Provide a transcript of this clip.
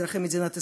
אזרחי מדינת ישראל,